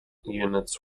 units